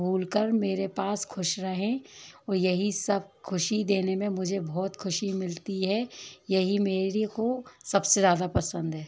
भूल कर मेरे पास ख़ुश रहें ओ यही सब ख़ुशी देने में मुझे बहुत ख़ुशी मिलती है यही मेरे को सब से ज़्यादा पसंद है